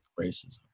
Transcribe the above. racism